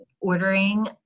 ordering